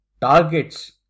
targets